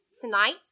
Tonight